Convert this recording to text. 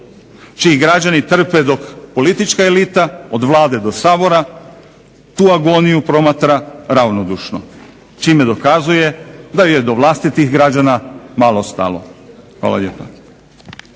čiji građani trpe dok politička elita od Vlade do Sabora tu agoniju promatra ravnodušno čime dokazuje da joj je do vlastitih građana malo stalo. Hvala lijepa.